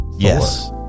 yes